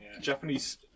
Japanese